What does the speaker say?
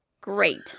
Great